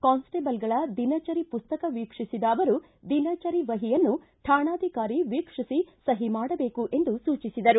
ಕಾನ್ಲಜೇಬಲ್ಗಳ ದಿನಚರಿ ಪುಸ್ತಕ ವೀಕ್ಷಿಸಿದ ಅವರು ದಿನಚರಿ ವಹಿಯನ್ನು ಠಾಣಾಧಿಕಾರಿ ವೀಕ್ಷಿಸಿ ಸಹಿ ಮಾಡಬೇಕು ಎಂದು ಸೂಚಿಸಿದರು